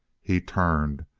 he turned.